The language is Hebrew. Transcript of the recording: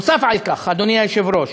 נוסף על כך, אדוני היושב-ראש,